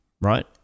right